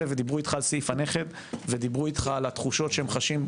ודיברו איתך על סעיף הנכד ודיברו איתך על התחושות שחשים,